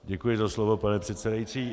Děkuji za slovo, pane předsedající.